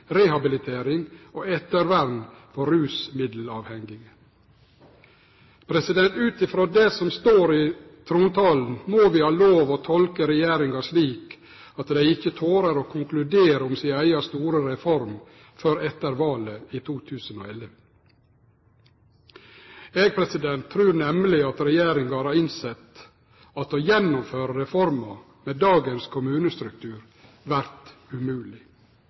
rehabilitering og ettervern for rusmiddelavhengige.» Ut ifrå det som står i trontalen, må vi ha lov å tolke regjeringa slik at dei ikkje torer å konkludere om si eiga store reform før etter valet i 2011. Eg trur nemleg at regjeringa har innsett at å gjennomføre reforma med dagens kommunestruktur, vert